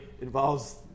involves